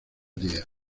día